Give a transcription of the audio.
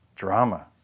Drama